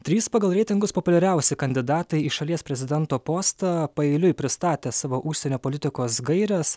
trys pagal reitingus populiariausi kandidatai į šalies prezidento postą paeiliui pristatė savo užsienio politikos gaires